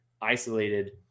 isolated